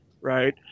right